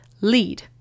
lead